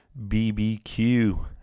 bbq